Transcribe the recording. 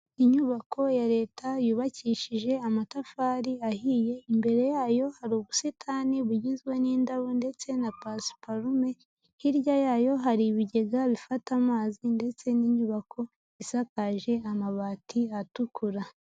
Inyubako ya leta yubakishije amatafari ahiye, imbere yayo hari ubusitani bugizwe n'indabo ndetse na pasiparume hirya yayo hari ibigega bifata amazi ndetse n'inyubako isakaje amabati atukura.